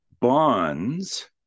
Bonds